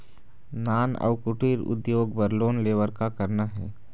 नान अउ कुटीर उद्योग बर लोन ले बर का करना हे?